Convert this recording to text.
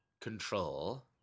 control